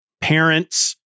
parents